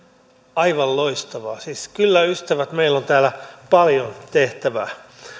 aivan loistavaa siis kyllä ystävät meillä on täällä paljon tehtävää